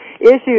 issues